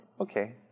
okay